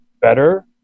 better